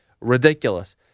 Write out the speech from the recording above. ridiculous